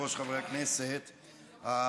מה ומו,